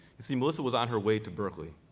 see, melissa was on her way to berkeley,